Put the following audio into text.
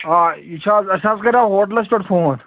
آ یہِ چھِ حظ اَسہِ حظ کَریاو ہوٹلَس پٮ۪ٹھ فون